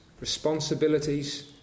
responsibilities